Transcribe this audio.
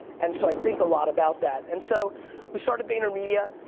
and so i think a lot about that. and so we started vaynermedia.